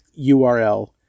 URL